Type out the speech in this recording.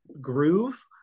groove